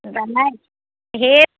तऽ नहि भे